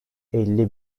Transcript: elli